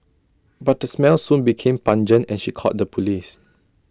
but the smell soon became pungent and she called the Police